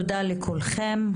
תודה לכולכם.